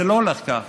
זה לא הולך כך.